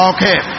Okay